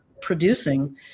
producing